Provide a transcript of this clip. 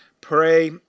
pray